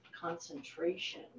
concentration